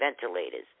ventilators